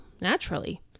naturally